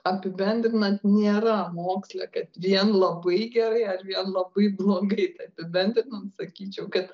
apibendrinant nėra moksle kad vien labai gerai ar vien labai blogai apibendrinant sakyčiau kad